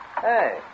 Hey